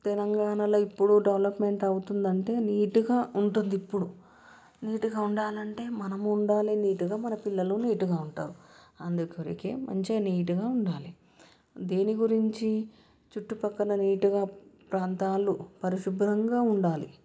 తెలంగాణల ఇప్పుడు డెవలప్మెంట్ అవుతుందంటే నీటుగా ఉంటుంది ఇప్పుడు నీటుగా ఉండాలంటే మనము ఉండాలి నీటుగా మన పిల్లలు నీటుగా ఉంటారు అందుకొరకే మంచిగా నీటుగా ఉండాలి దేని గురించి చుట్టుపక్కల నీటుగా ప్రాంతాలు పరిశుభ్రంగా ఉండాలి